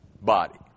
body